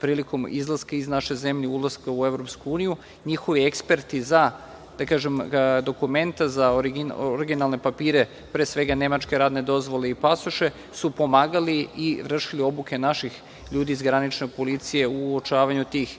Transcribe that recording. prilikom izlaska iz naše zemlje, ulaska u EU, njihovi eksperti za, da kažem, za dokumenta, za originalne papire, pre svega nemačke radne dozvole i pasoše su pomagali i vršili obuke naših ljudi iz granične policije u uočavanju tih